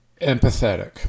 empathetic